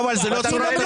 אבל זו לא צורת התנהלות.